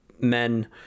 men